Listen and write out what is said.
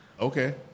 okay